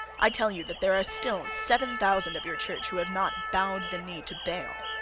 i tell you that there are still seven thousand of your church who have not bowed the knee to baal.